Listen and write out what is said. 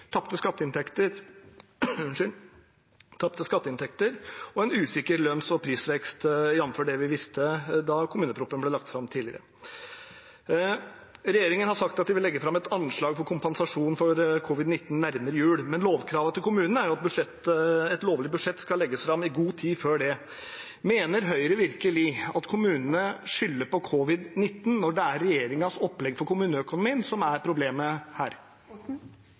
tapte skatteinntekter og en usikker lønns- og prisvekst, jf. det vi visste da kommuneproposisjonen ble lagt fram tidligere. Regjeringen har sagt at den vil legge fram et anslag for kompensasjon for covid-19 nærmere jul, men lovkravene til kommunene er jo at et lovlig budsjett skal legges fram i god tid før det. Mener Høyre virkelig at kommunene skylder på covid-19 når det er regjeringens opplegg for kommuneøkonomien som er problemet her?